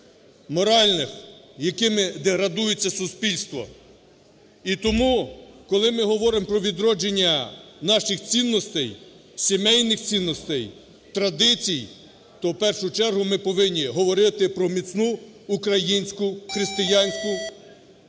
моральних, якими деградується суспільство. І тому, коли ми говоримо про відродження наших цінностей, сімейних цінностей, традицій, то в першу чергу ми повинні говорити про міцну українську християнську,